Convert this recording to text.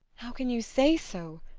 how can you say so!